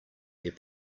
their